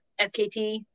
FKT